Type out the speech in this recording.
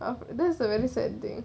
ah that's a really sad thing